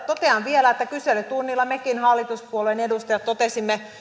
totean vielä että kyselytunnilla mekin hallituspuolueen edustajat totesimme